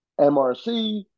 MRC